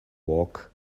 walk